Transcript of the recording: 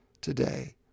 today